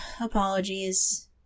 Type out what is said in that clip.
Apologies